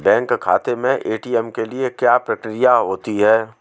Bank खाते में ATM के लिए क्या प्रक्रिया होती है?